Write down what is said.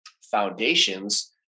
foundations